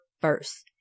first